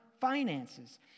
finances